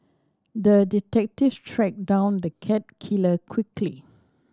the detective tracked down the cat killer quickly